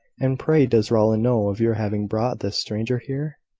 and, pray, does rowland know of your having brought this stranger here?